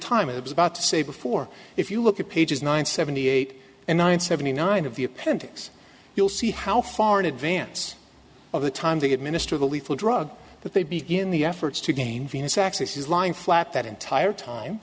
time it was about to say before if you look at pages nine seventy eight and nine seventy nine of the appendix you'll see how far in advance of the time the administer the lethal drug that they begin the efforts to gain venus access is lying flat that entire time